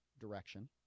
Direction